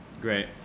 Great